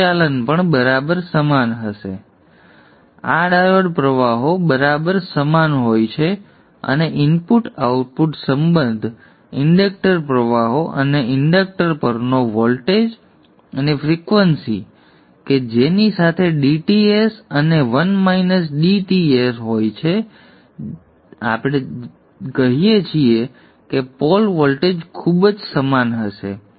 પરિચાલન પણ બરાબર સમાન હોય છે આ ડાયોડ પ્રવાહો બરાબર સમાન હોય છે અને ઇનપુટ આઉટપુટ સંબંધ ઇન્ડક્ટર પ્રવાહો અને ઇન્ડક્ટર પરનો વોલ્ટેજ અને ફ્રિક્વન્સી કે જેની સાથે dTs અને 1 - dTs હોય છે જેની સાથે આપણે કહીએ છીએ કે પોલ વોલ્ટેજ ખૂબ જ ખૂબ સમાન હશે